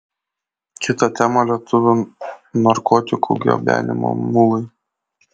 kita tema lietuvių narkotikų gabenimo mulai